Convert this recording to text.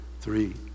three